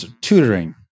Tutoring